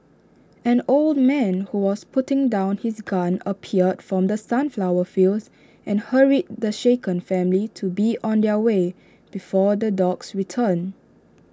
an old man who was putting down his gun appeared from the sunflower fields and hurried the shaken family to be on their way before the dogs return